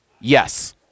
yes